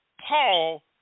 Paul